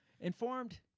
Informed